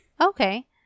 Okay